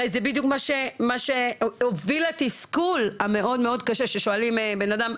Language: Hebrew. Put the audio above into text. הרי זה בדיוק מה שהוביל לתסכול המאוד קשה ששואלים בן אדם,